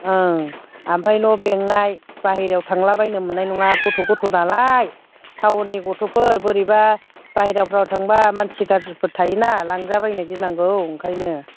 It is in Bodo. ओ आमफ्राय न' बेंनाय बाहेरायाव थांलाबायनो मोननाय नङा गथ' गथ' नालाय टाउननि गथ'फोर बोरैबा बाहेराफ्राव थांब्ला मानसि गाज्रिफोर थायोना लांजाबायनो गिनांगौ ओंखायनो